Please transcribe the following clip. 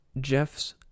Jeff's